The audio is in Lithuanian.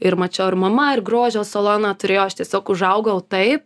ir mačiau ir mama ir grožio saloną turėjo aš tiesiog užaugau taip